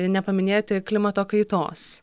nepaminėti klimato kaitos